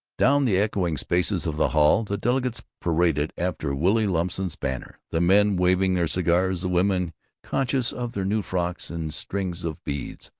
down the echoing spaces of the hall the delegates paraded after willy lumsen's banner, the men waving their cigars, the women conscious of their new frocks and strings of beads,